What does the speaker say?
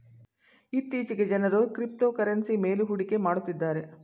ಇತ್ತೀಚೆಗೆ ಜನರು ಕ್ರಿಪ್ತೋಕರೆನ್ಸಿ ಮೇಲು ಹೂಡಿಕೆ ಮಾಡುತ್ತಿದ್ದಾರೆ